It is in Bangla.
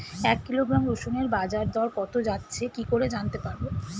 এক কিলোগ্রাম রসুনের বাজার দর কত যাচ্ছে কি করে জানতে পারবো?